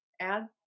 add